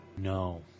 no